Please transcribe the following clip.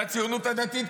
לציונות הדתית,